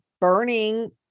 burning